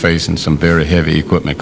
facing some very heavy equipment